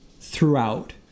throughout